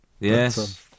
Yes